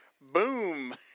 boom